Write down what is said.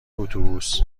اتوبوس